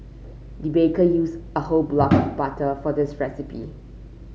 the baker used a whole block of butter for this recipe